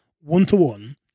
one-to-one